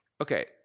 Okay